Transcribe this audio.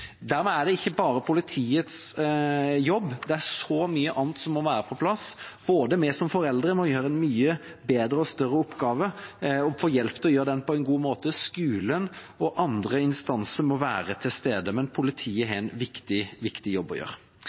Dermed er det ikke bare politiets jobb. Det er så mye annet som må være på plass, både må vi som foreldre gjøre en mye bedre oppgave og få hjelp til å gjøre den på en god måte, og skole og andre instanser må være til stede, men politiet har en viktig, viktig jobb å gjøre.